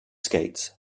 skates